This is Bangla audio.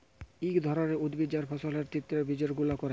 ইক ধরলের উদ্ভিদ যার ফলের ভিত্রের বীজকে গুঁড়া ক্যরে